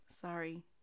Sorry